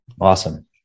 Awesome